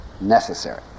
necessary